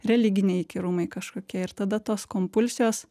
religiniai įkyrumai kažkokie ir tada tos kompulsijos